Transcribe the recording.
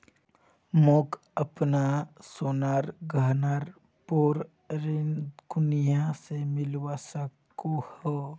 मोक अपना सोनार गहनार पोर ऋण कुनियाँ से मिलवा सको हो?